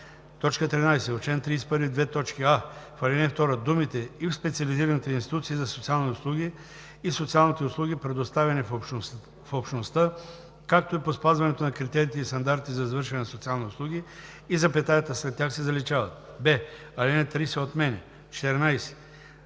отменя. 13. В чл. 31: а) в ал. 2 думите „и в специализираните институции за социални услуги и социалните услуги, предоставяни в общността, както и по спазването на критериите и стандартите за извършване на социални услуги“ и запетаята след тях се заличават; б) алинея 3 се отменя. 14.